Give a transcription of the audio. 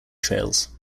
trails